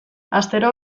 astero